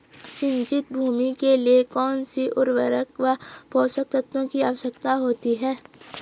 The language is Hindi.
सिंचित भूमि के लिए कौन सी उर्वरक व पोषक तत्वों की आवश्यकता होती है?